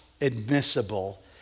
admissible